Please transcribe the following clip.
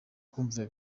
kumvira